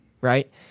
right